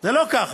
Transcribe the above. זה לא ככה.